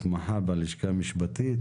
מתמחה בלשכה המשפטית,